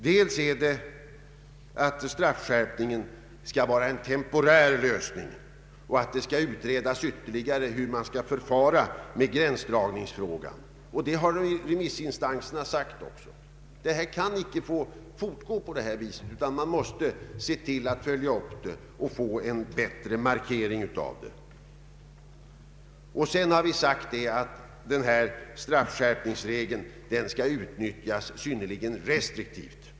Först och främst skall straffskärpningen vara en temporär åtgärd. Det bör ytterligare utredas hur man skall förfara med gränsdragningen. Så har även remissinstanserna sagt. Det kan inte få fortgå på detta vis, utan man måste få en bättre tingens ordning. Sedan har vi krävt att straffskärpningsregeln skall utnyttjas synnerligen restriktivt.